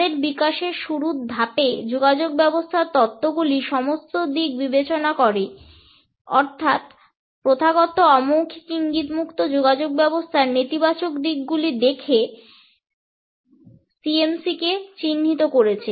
তাদের বিকাশের শুরুর ধাপে যোগাযোগ ব্যবস্থার তত্ত্ব গুলি সমস্ত দিক বিবেচনা করে অর্থাৎ একটি প্রথাগত অমৌখিক ইঙ্গিতমুক্ত যোগাযোগ ব্যবস্থার নেতিবাচক দিক গুলি দেখে CMC কে চিহ্নিত করেছে